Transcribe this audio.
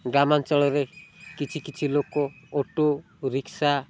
ଗ୍ରାମାଞ୍ଚଳରେ କିଛି କିଛି ଲୋକ ଅଟୋ ରିକ୍ସା